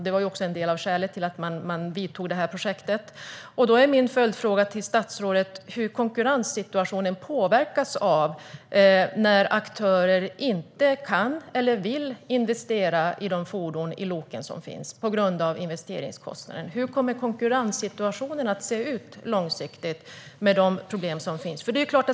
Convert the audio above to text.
Det var också ett skäl till att man startade det här projektet. Min följdfråga till statsrådet är hur konkurrenssituationen påverkas när aktörer inte kan eller vill investera i de lok som finns på grund av investeringskostnaden. Hur kommer konkurrenssituationen att se ut långsiktigt med de problem som finns?